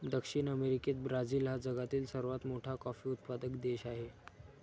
दक्षिण अमेरिकेत ब्राझील हा जगातील सर्वात मोठा कॉफी उत्पादक देश आहे